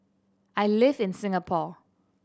I live in Singapore